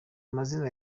amazina